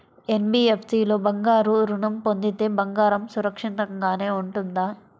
NBFC లో బంగారు ఋణం పొందితే బంగారం సురక్షితంగానే ఉంటుందా?